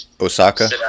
Osaka